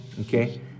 Okay